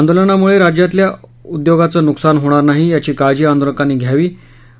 आंदोलनामुळे राज्यातल्या उद्योगांचं नुकसान होणार नाही याची काळजी आंदोलकांनी घ्यायला हवी